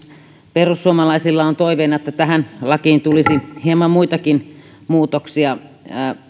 perussuomalaisilla on toiveena että tähän lakiin tulisi hieman muitakin muutoksia